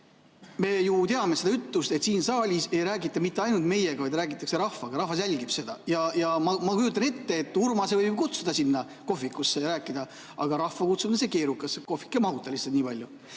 me ju teame seda ütlust, et siin saalis ei räägita mitte ainult meiega, vaid räägitakse rahvaga. Rahvas jälgib seda. Ma kujutan ette, et Urmase võib ju kutsuda sinna kohvikusse ja rääkida, aga rahva kutsumine on keerukas, kohvik ei mahuta lihtsalt nii palju.